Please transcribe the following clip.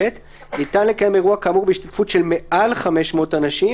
(ב) ניתן לקיים אירוע כאמור בהשתתפות של מעל 500 אנשים